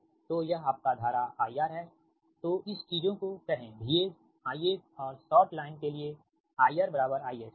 तो यह आपका धारा IR है तो इस चीजों को कहे VS IS और शॉर्ट लाइन के लिए IR IS ठीक